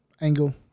angle